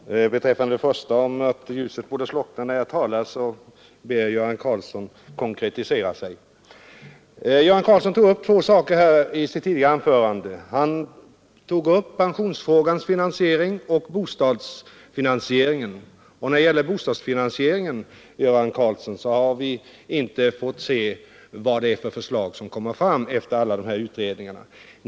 Herr talman! Beträffande herr Karlssons i Huskvarna första uttalande, om att ljuset borde slockna när jag talar, får jag be att herr Karlsson konkretiserar sig. Herr Göran Karlsson tog upp två saker i sitt tidigare anförande, nämligen pensionfrågans finansiering och bostadsfinansieringen. När det gäller bostadsfinansieringen, herr Karlsson, har vi ännu inte fått se vilket förslag som kommer att framläggas efter alla de utredningar som gjorts.